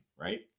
right